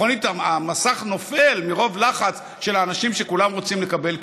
המסך נופל מרוב לחץ של האנשים שכולם רוצים לקבל קרדיט.